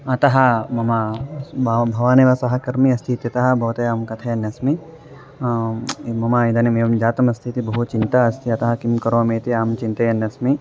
अतः मम बाव् भवानेव सहकर्मी अस्तीत्यतः भवते अहं कथयन्नस्मि मम इदानीम् एवं जातमस्तीति बहु चिन्ता अस्ति अतः किं करोमि इति अहं चिन्तयन्नस्मि